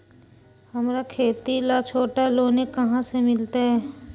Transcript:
हमरा खेती ला छोटा लोने कहाँ से मिलतै?